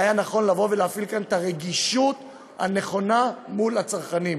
היה נכון להפעיל כאן את הרגישות הנכונה מול הצרכנים.